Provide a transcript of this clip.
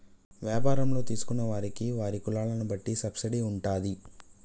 వ్యాపారంలో తీసుకున్న వారికి వారి కులాల బట్టి సబ్సిడీ ఉంటాది